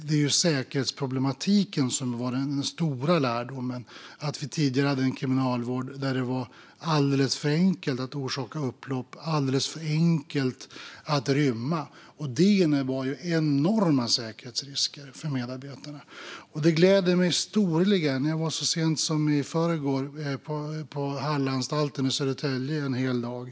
Det var säkerhetsproblematiken som var den stora lärdomen - att vi tidigare hade en kriminalvård där det var alldeles för enkelt att orsaka upplopp och alldeles för enkelt att rymma. Det innebar enorma säkerhetsrisker för medarbetarna. Jag var så sent som i förrgår på Hallanstalten i Södertälje en hel dag.